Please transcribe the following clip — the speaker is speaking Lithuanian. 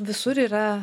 visur yra